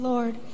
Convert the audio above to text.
Lord